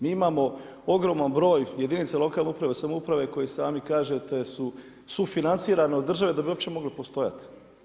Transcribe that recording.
Mi imamo ogroman broj jedinica lokalne uprave, samouprave, koji sami kažete, su sufinanciran od države da bi uopće mogli postojati.